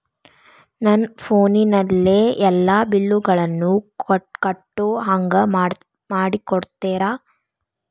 ನನ್ನ ಫೋನಿನಲ್ಲೇ ಎಲ್ಲಾ ಬಿಲ್ಲುಗಳನ್ನೂ ಕಟ್ಟೋ ಹಂಗ ಮಾಡಿಕೊಡ್ತೇರಾ?